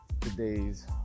today's